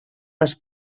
les